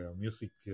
music